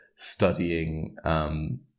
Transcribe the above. studying